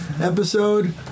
episode